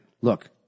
look